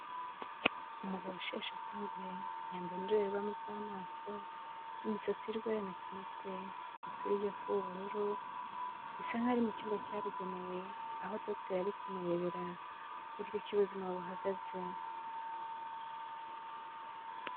Umugabo usheshe akanguhe yambaye indorerwamo z'amaso, imisatsi y'urwererane ku umutwe, umupira ujya kuba ubururu, bisa nk'aho ari mu cyumba cyabugenewe aho dogiteri ari kumurebera uburyo ki ubuzima buhagaze.